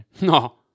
No